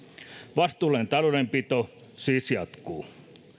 vastuullinen taloudenpito siis jatkuu